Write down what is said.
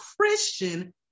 Christian